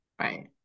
right